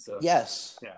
Yes